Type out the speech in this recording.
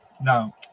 Now